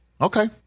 Okay